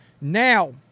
Now